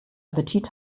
appetit